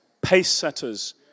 pace-setters